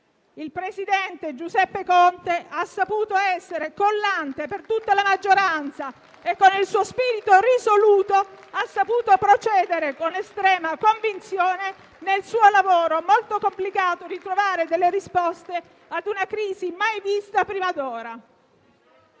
il presidente Giuseppe Conte. Egli ha saputo essere collante per tutta la maggioranza e, con il suo spirito risoluto, ha saputo procedere con estrema convinzione nel suo lavoro, molto complicato, di trovare risposte a una crisi mai vista prima d'ora.